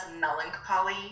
melancholy